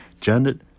Janet